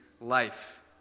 life